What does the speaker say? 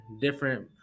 different